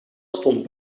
stond